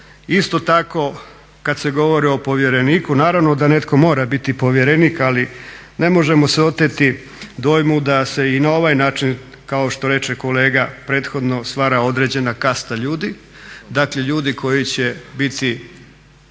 Isto tako kad se govori o povjereniku naravno da neko mora biti povjerenik ali ne možemo se oteti dojmu da se i na ovaj način kao što reče kolega prethodno stvara određena kasta ljudi, dakle ljudi koji će biti